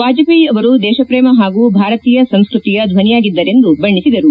ವಾಜಹೇಯಿ ಅವರು ದೇಶಪ್ರೇಮ ಹಾಗೂ ಭಾರತೀಯ ಸಂಸ್ಕತಿಯ ಧನಿಯಾಗಿದ್ದರೆಂದು ಬಣ್ಣಿಸಿದರು